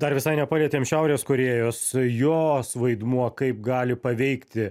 dar visai nepalietėm šiaurės korėjos jos vaidmuo kaip gali paveikti